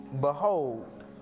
Behold